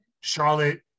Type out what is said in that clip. Charlotte